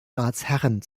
ratsherren